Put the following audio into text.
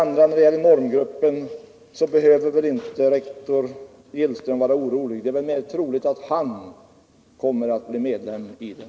När det gäller normgruppen behöver inte rektor Gillström vara orolig. Det är mer troligt att han kommer att bli medlem i den.